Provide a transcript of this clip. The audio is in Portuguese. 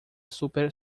super